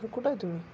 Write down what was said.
हां कुठं आहे तुम्ही